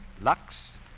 Lux